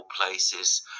places